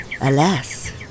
Alas